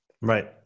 right